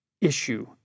issue